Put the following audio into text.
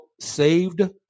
saved